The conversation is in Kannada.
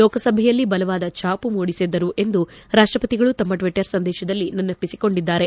ಲೋಕಸಭೆಯಲ್ಲಿ ಬಲವಾದ ಛಾಮ ಮೂಡಿಸಿದ್ದರು ಎಂದು ರಾಷ್ಟಪತಿಗಳು ತಮ್ಮ ಟಿಟ್ಟರ್ ಸಂದೇಶದಲ್ಲಿ ನೆನಪಿಸಿಕೊಂಡಿದ್ದಾರೆ